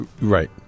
Right